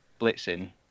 blitzing